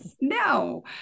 No